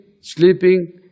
sleeping